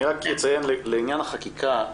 אני רק אציין לעניין החקיקה,